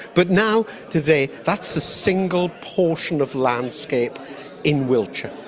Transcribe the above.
but now today that's a single portion of landscape in wiltshire.